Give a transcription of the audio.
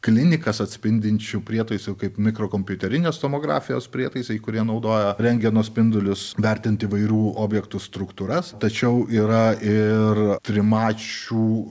klinikas atspindinčių prietaisų kaip mikrokompiuterinės tomografijos prietaisai kurie naudoja rentgeno spindulius vertinti įvairių objektų struktūras tačiau yra ir trimačių